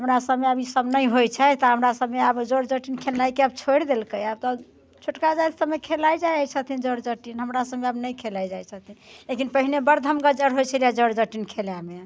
हमरा सभमे आब ई सभ नहि होइत छै तऽ हमरा सभमे आब जट जटिन खेलनाएके आब छोड़ि देलकै हँ आब तऽ छोटका जातिमे खेलाइत जाइत छथिन जट जटिन हमरा सभमे आब नहि खेलाए जाइत छथिन लेकिन पहिने बड़ धमगज्जर होइत छेलै जट जटिन खेलाएमे